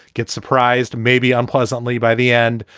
get surprised, maybe unpleasantly by the end.